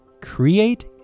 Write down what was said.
create